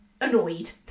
annoyed